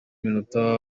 minota